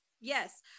Yes